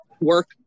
work